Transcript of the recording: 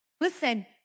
listen